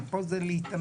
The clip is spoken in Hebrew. כי פה זה להתאמץ.